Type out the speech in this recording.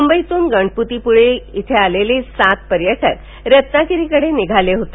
मुंबईतून गणपतीपुळे इथं आलेले सात पर्यटक रत्नागिरीकडे निघाले होते